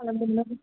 खालामदोंमोन